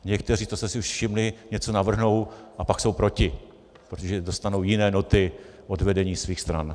Někteří, to jste si už všimli, něco navrhnou a pak jsou proti, protože dostanou jiné noty od vedení svých stran.